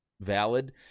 valid